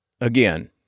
again